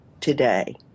today